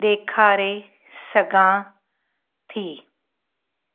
डे॒खारे सघां थी